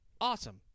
Awesome